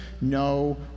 no